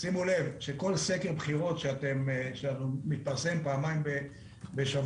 שימו לב שכל סקר בחירות שמתפרסם פעמיים בשבוע,